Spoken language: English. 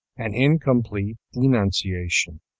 and incomplete enunciation.